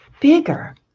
bigger